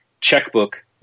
checkbook